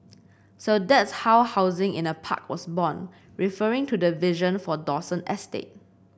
so that's how housing in a park was born referring to the vision for Dawson estate